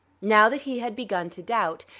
now that he had begun to doubt,